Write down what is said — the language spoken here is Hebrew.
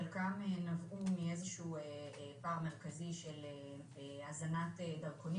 חלקם נבעו מאיזשהו פער מרכזי של הזנת דרכונים